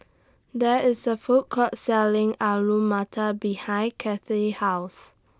There IS A Food Court Selling Alu Matar behind Cathy's House